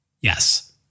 Yes